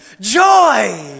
joy